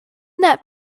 that